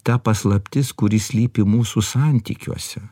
ta paslaptis kuri slypi mūsų santykiuose